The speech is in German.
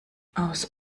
aus